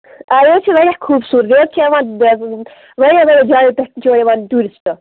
آ یہِ حظ چھِ واریاہ خوٗبصوٗرَت یورحظ چھِ یِوان واریاہ واریاہ جایو پیٚٹھ چھِ یور یِوان ٹوٗرِسٹ